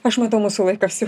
aš matau mūsų laikas